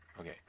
Okay